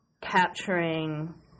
capturing